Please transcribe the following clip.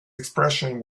expression